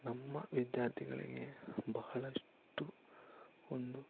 ನಮ್ಮ ವಿದ್ಯಾರ್ಥಿಗಳಿಗೆ ಬಹಳಷ್ಟು ಒಂದು